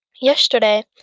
yesterday